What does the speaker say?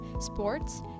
sports